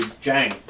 Jang